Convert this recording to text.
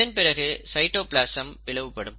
இதன்பிறகு சைட்டோபிளாசம் பிளவுபடும்